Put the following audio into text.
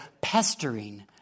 pestering